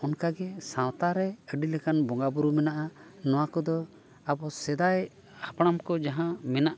ᱚᱱᱠᱟᱜᱮ ᱥᱟᱶᱛᱮ ᱨᱮ ᱟᱹᱰᱤ ᱞᱮᱠᱟᱱ ᱵᱚᱸᱜᱟᱼᱵᱩᱨᱩ ᱢᱮᱱᱟᱜᱼᱟ ᱱᱚᱣᱟ ᱠᱚᱫᱚ ᱟᱵᱚ ᱥᱮᱫᱟᱭ ᱦᱟᱯᱲᱟᱢ ᱠᱚ ᱡᱟᱦᱟᱸ ᱢᱮᱱᱟᱜ